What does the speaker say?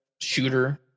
shooter